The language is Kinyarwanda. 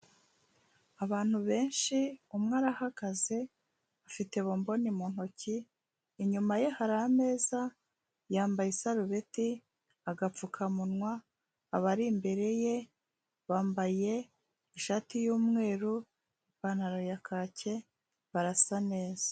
Abantu benshi umwe arahagaze afite bomboni mu ntoki, inyuma ye hari ameza yambaye isarubeti, agapfukamunwa, abari imbere ye bambaye ishati y'umweru, ipantaro ya kacye barasa neza.